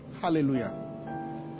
Hallelujah